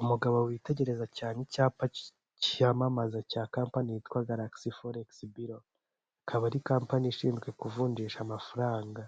Umugabo witegereza cyane icyapa cyayamamaza cya kampani yitwa galagisi folekisi biro akaba ari kampani ishinzwe kuvunjisha amafaranga